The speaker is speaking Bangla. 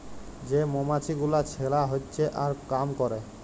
যে মমাছি গুলা ছেলা হচ্যে আর কাম ক্যরে